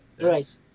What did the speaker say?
Right